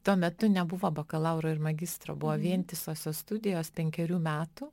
tuo metu nebuvo bakalauro ir magistro buvo vientisosios studijos penkerių metų